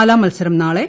നാലാം മത്സരം നാളെ